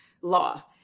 Law